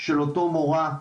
של אותה מורה,